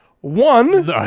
one